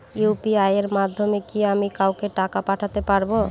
UPI এর মাধ্যমে কি আমি কাউকে টাকা ও পাঠাতে পারবো?